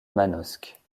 manosque